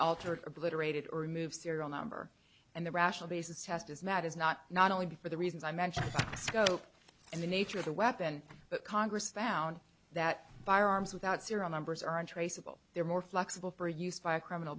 altered obliterated or remove serial number and the rational basis test as mat is not not only be for the reasons i mentioned scope and the nature of the weapon but congress found that firearms without serial numbers are untraceable they're more flexible for use by a criminal